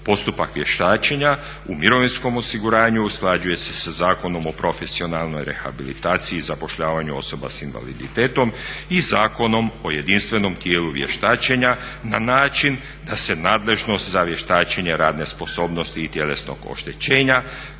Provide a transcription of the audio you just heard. Postupak vještačenja u mirovinskom osiguranju usklađuje se s Zakonom o profesionalnoj rehabilitaciji i zapošljavanju osoba s invaliditetom i Zakonom o jedinstvenom tijelu vještačenja na način da se nadležnost za vještačenje radne sposobnosti i tjelesnog oštećenja